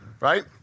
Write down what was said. right